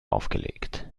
aufgelegt